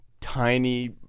tiny